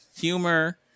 Humor